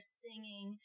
singing